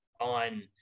on